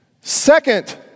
Second